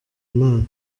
imana